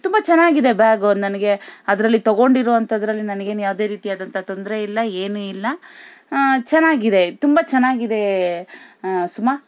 ತುಂಬ ಚೆನ್ನಾಗಿದೆ ಬ್ಯಾಗು ನನಗೆ ಅದರಲ್ಲಿ ತೊಗೊಂಡಿರೋವಂಥದ್ರಲ್ಲಿ ನನ್ಗೇನು ಯಾವುದೇ ರೀತಿಯಾದಂಥ ತೊಂದರೆ ಇಲ್ಲ ಏನು ಇಲ್ಲ ಚೆನ್ನಾಗಿದೆ ತುಂಬ ಚೆನ್ನಾಗಿದೆ ಸುಮ